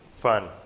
fun